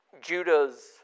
Judah's